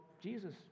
Jesus